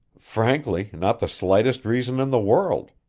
frankly, not the slightest reason in the world,